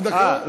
רק דקה?